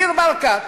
ניר ברקת,